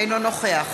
אינו נוכח